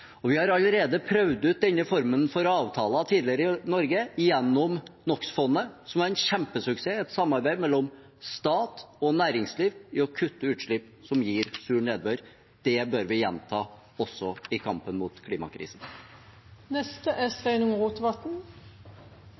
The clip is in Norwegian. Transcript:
Vi har allerede prøvd ut denne formen for avtaler tidligere i Norge, gjennom NO X -fondet, som er en kjempesuksess – et samarbeid mellom stat og næringsliv om å kutte utslipp som gir sur nedbør. Det bør vi gjenta også i kampen mot klimakrisen.